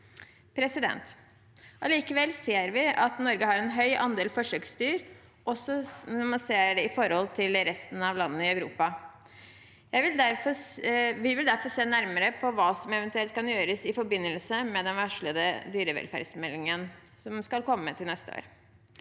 er høy. Allikevel ser vi at Norge har en høy andel forsøksdyr når man ser det i forhold til resten av landene i Europa. Vi vil derfor se nærmere på hva som eventuelt kan gjøres, i forbindelse med den varslede dyrevelferdsmeldingen som skal komme til neste år.